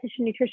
nutritionist